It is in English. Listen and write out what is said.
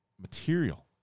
material